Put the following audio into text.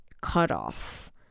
cutoff